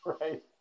right